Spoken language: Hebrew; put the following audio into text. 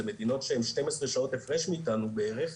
זה מדינות שהם 12 שעות הפרש מאיתנו בערך,